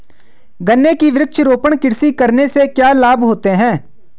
गन्ने की वृक्षारोपण कृषि करने से क्या लाभ होते हैं?